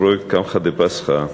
פרויקט קמחא דפסחא.